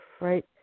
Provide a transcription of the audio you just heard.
right